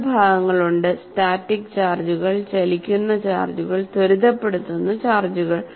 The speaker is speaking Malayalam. മൂന്ന് ഭാഗങ്ങളുണ്ട് സ്റ്റാറ്റിക് ചാർജുകൾ ചലിക്കുന്ന ചാർജുകൾ ത്വരിതപ്പെടുത്തുന്ന ചാർജുകൾ